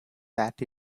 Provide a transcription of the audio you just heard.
that